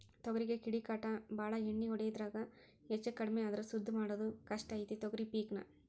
ತೊಗರಿಗೆ ಕೇಡಿಕಾಟ ಬಾಳ ಎಣ್ಣಿ ಹೊಡಿದ್ರಾಗ ಹೆಚ್ಚಕಡ್ಮಿ ಆದ್ರ ಸುದ್ದ ಮಾಡುದ ಕಷ್ಟ ಐತಿ ತೊಗರಿ ಪಿಕ್ ನಾ